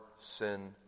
sin